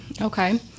Okay